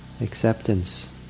acceptance